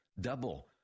Double